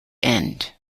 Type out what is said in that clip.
end